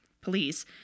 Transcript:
police